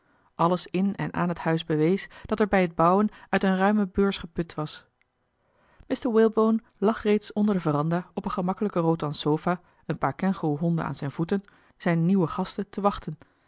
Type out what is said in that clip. alles in en aan het huis bewees dat er bij het bouwen uit eene ruime beurs geput was eli heimans willem roda mr walebone lag reeds onder de veranda op eene gemakkelijke rotan sofa een paar kengoeroehonden aan zijne voeten zijne nieuwe gasten te wachten